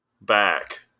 back